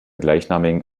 gleichnamigen